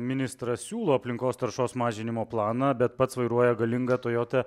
ministras siūlo aplinkos taršos mažinimo planą bet pats vairuoja galingą toyota